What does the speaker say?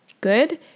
good